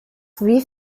wie